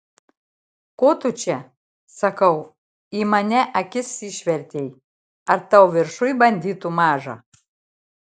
ko tu čia sakau į mane akis išvertei ar tau viršuj banditų maža